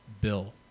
bill